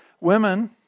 Women